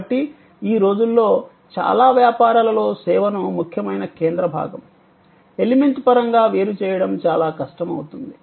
కాబట్టి ఈ రోజుల్లో చాలా వ్యాపారాలలో సేవను ముఖ్యమైన కేంద్ర భాగం ఎలిమెంట్ పరంగా వేరు చేయడం చాలా కష్టమవుతుంది